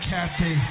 Kathy